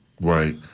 Right